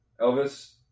Elvis